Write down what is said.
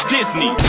Disney